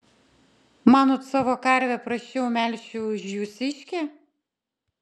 manot savo karvę prasčiau melšiu už jūsiškę